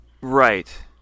Right